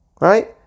right